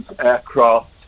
aircraft